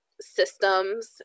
systems